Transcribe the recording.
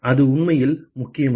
அது உண்மையில் முக்கியமில்லை